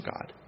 God